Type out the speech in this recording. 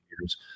years